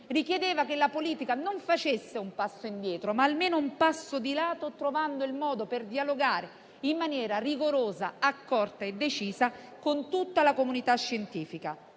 richiedeva che la politica facesse non un passo indietro, ma almeno un passo di lato, trovando il modo di dialogare in maniera rigorosa, accorta e decisa con tutta la comunità scientifica.